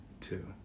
two